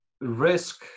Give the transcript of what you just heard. risk